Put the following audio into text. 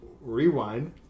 Rewind